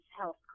health